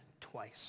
twice